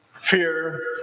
fear